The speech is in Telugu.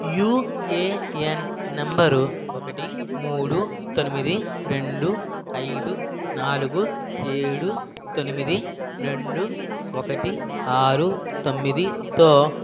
యుఏయన్ నంబరు ఒకటి మూడు తొమ్మిది రెండు ఐదు నాలుగు ఏడు తొమ్మిది రెండు ఒకటి ఆరు తొమ్మిదితో నా పాస్బుక్ స్టేట్మెంటు చూసుకునేందుకు నేను ఈపియఫ్ఓ పోర్టల్లోకి వేరే మొబైల్ నంబరు ఏడు సున్న ఒకటి ఏడు సున్న రెండు ఆరు ఒకటి మూడు ఐదు ఎనిమిదితో లాగిన్ చేయవచ్చా